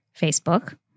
Facebook